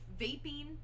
Vaping